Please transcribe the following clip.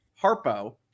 harpo